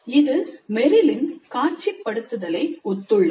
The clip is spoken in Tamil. இது மெரிலின் காட்சிப்படுத்துதலை ஒத்துள்ளது